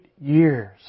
years